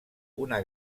una